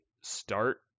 start